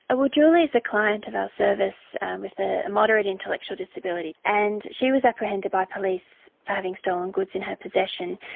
ah well julie's a client of our service with a moderate intellectual disability, and she was apprehended by police for having stolen goods in her possession.